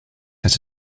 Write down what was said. has